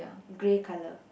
grey colour